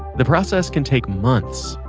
the process can take months,